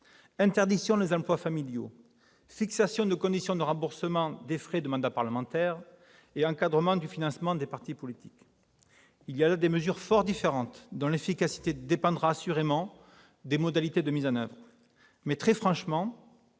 interdiction des emplois familiaux, fixation des conditions de remboursement des frais de mandat des parlementaires et encadrement du financement des partis politiques : il y a là des mesures fort différentes, dont l'efficacité dépendra des modalités de mise en oeuvre. Très franchement,